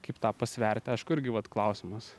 kaip tą pasverti aišku irgi vat klausimas